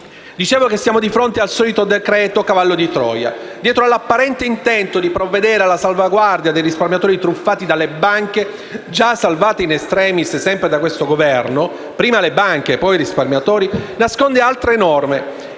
Etruria. Siamo di fronte al solito decreto-cavallo di Troia: dietro all'apparente intento di provvedere alla salvaguardia dei risparmiatori truffati dalle banche, già salvati *in extremis* sempre da questo Governo, prima le banche e poi i risparmiatori, il decreto-legge